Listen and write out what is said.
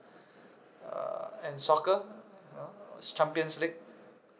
uh and soccer you know champions league